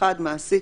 התשל"ז-1977- מעסיק